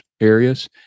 areas